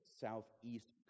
southeast